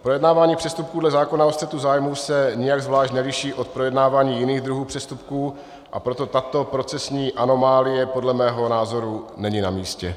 Projednávání přestupků dle zákona o střetu zájmů se nijak zvlášť neliší od projednávání jiných druhů přestupků, a proto tato procesní anomálie podle mého názoru není namístě.